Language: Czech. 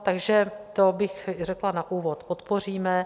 Takže to bych řekla na úvod, podpoříme.